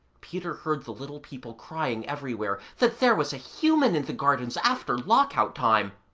peter heard the little people crying everywhere that there was a human in the gardens after lock-out time,